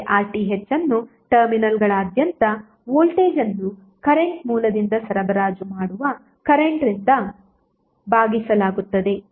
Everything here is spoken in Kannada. ಮತ್ತೆ RTh ಅನ್ನು ಟರ್ಮಿನಲ್ಗಳಾದ್ಯಂತದ ವೋಲ್ಟೇಜ್ ಅನ್ನು ಕರೆಂಟ್ ಮೂಲದಿಂದ ಸರಬರಾಜು ಮಾಡುವ ಕರೆಂಟ್ರಿಂದ ಭಾಗಿಸಲಾಗುತ್ತದೆ